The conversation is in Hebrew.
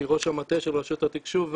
שהיא ראש המטה של רשות התקשוב,